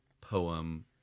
poem